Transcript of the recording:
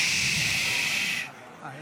ששש.